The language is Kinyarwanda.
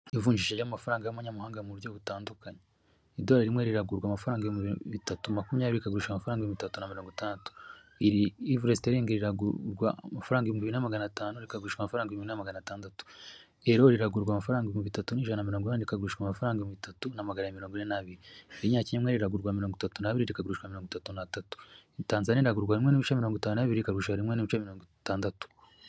Ivunjisha ry’amafaranga y’abanyamahanga mu buryo butandukanye, idolari imwe riragurwa amafaranga ibihumbi bitatu na makumyabiri, bikagurisha amafaranga ibihumbi mirongo itanu. Ivuresiteringi riragurwa amafaranga ibihumbi na magana atanu, rikagurisha amafaranga ibihumbi bine magana atandatu. Iru riragurwa amafaranga ibihumbi itatu n’ijana mirongo itanu, rikagurisha amafaranga ibihumbi bitatu na magana mirongo ibiri. Irinyakenya rimwe riragurwa mirongo itatu, bikagurisha amafaranga mirongo itatu. Itanzaniya riragurwa mirongo itanu, rikagurisha amafaranga mirongo itandatu.